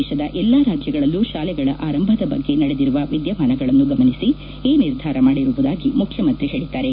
ದೇಶದ ಎಲ್ಲಾ ರಾಜ್ಯಗಳಲ್ಲೂ ಶಾಲೆಗಳ ಆರಂಭದ ಬಗ್ಗೆ ನಡೆದಿರುವ ಎದ್ಗಮಾನಗಳನ್ನು ಗಮನಿಸಿ ಈ ನಿರ್ಧಾರ ಮಾಡಿರುವುದಾಗಿ ಮುಖ್ಯಮಂತ್ರಿ ಹೇಳಿದ್ದಾರೆ